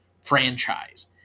franchise